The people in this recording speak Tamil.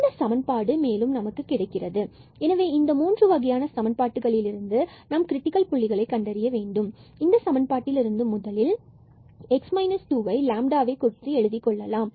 இந்த சமன்பாடு கிடைக்கிறது எனவே இந்த மூன்று வகையான சமன்பாட்டில் இருந்து நாம் கிரிடிக்கல் புள்ளிகளை கண்டறிய வேண்டும் இந்த சமன்பாட்டில் இருந்து முதலில் நாம் x 2 in terms of என எழுதிக் கொள்ளலாம்